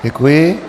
Děkuji.